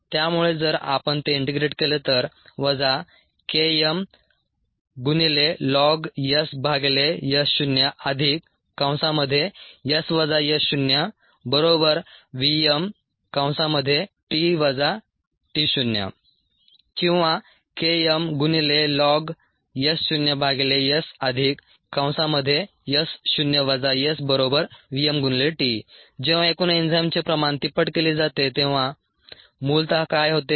त्यामुळे जर आपण ते इंटीग्रेट केले तर Km lnSS0S S0vm Or Km lnS0SS0 Svmt जेव्हा एकूण एन्झाइमचे प्रमाण तिप्पट केली जाते तेव्हा मूलत काय होते